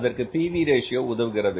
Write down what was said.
அதற்கு P V ratio PV Ratio உதவுகிறது